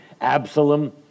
Absalom